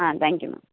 ah thank you ma'am